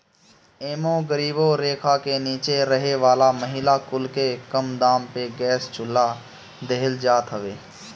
एमे गरीबी रेखा के नीचे रहे वाला महिला कुल के कम दाम पे गैस चुल्हा देहल जात हवे